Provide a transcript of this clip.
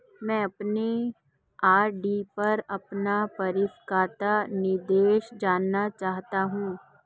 मैं अपने आर.डी पर अपना परिपक्वता निर्देश जानना चाहता हूं